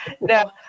No